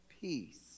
peace